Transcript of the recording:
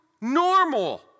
normal